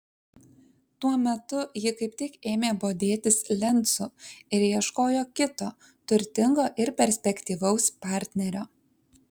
tuo metu ji kaip tik ėmė bodėtis lencu ir ieškojo kito turtingo ir perspektyvaus partnerio